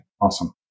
Awesome